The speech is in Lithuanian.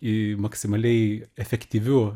į maksimaliai efektyviu